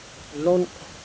loan